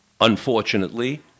unfortunately